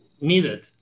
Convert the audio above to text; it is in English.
needed